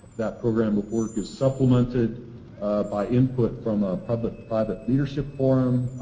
that program of work is supplemented by input from a public-private leadership forum,